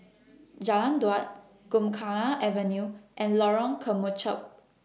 Jalan Daud Gymkhana Avenue and Lorong Kemunchup